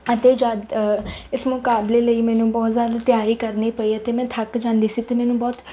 ਅਤੇ ਜਦੋਂ ਇਸ ਮੁਕਾਬਲੇ ਲਈ ਮੈਨੂੰ ਬਹੁਤ ਜ਼ਿਆਦਾ ਤਿਆਰੀ ਕਰਨੀ ਪਈ ਅਤੇ ਮੈਂ ਥੱਕ ਜਾਂਦੀ ਸੀ ਅਤੇ ਮੈਨੂੰ ਬਹੁਤ